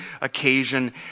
occasion